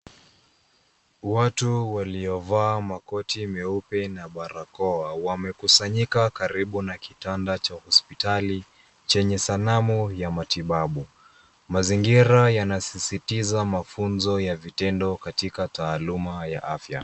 Watu waliovaa makoti meupe na barakoa wamekusanyika karibu na kitanda cha hospitali chenye sanamu ya matibabu. Mazingira yanasisitiza mafunzo ya vitendo katika taaluma ya afya.